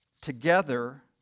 together